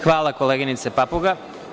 Hvala koleginice Papuga.